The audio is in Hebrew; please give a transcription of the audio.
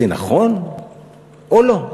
זה נכון או לא?